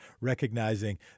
recognizing